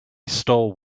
stole